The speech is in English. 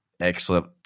Excellent